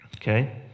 Okay